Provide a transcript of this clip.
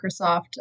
microsoft